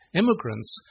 immigrants